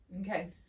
Okay